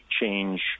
change